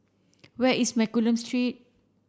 where is Mccallum Street